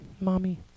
Mommy